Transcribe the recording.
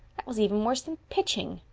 that was even worse than pitching!